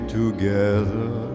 together